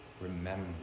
Remember